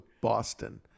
Boston